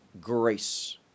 grace